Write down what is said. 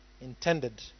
intended